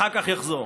אחר כך יחזור.